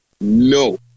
No